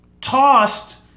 Tossed